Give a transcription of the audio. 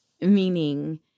Meaning